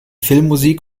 filmmusik